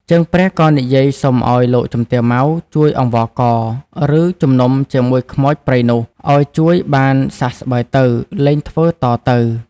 ជើងព្រះក៏និយាយសុំឲ្យលោកជំទាវ ម៉ៅ ជួយអង្វរករ ឬជំនុំជាមួយខ្មោចព្រៃនោះ ឲ្យជួយបានសះស្បើយទៅ លែងធ្វើតទៅ ។